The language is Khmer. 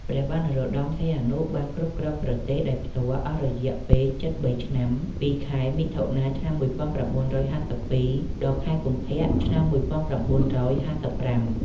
ព្រះបាទនរោត្តម សីហនុបានគ្រប់គ្រងប្រទេសដោយផ្ទាល់អស់រយៈពេលជិតបីឆ្នាំ ពីខែមិថុនា ឆ្នាំ១៩៥២ ដល់ខែកុម្ភៈ ឆ្នាំ១៩៥៥។